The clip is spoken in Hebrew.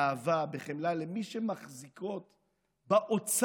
באהבה, בחמלה, למי שמחזיקות באוצר